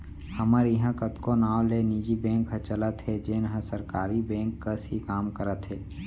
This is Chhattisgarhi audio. हमर इहॉं कतको नांव ले निजी बेंक ह चलत हे जेन हर सरकारी बेंक कस ही काम करत हे